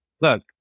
Look